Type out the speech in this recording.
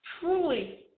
truly